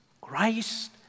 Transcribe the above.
Christ